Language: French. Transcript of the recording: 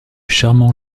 charmant